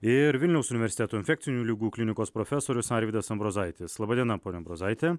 ir vilniaus universiteto infekcinių ligų klinikos profesorius arvydas ambrozaitis laba diena pone ambrozaiti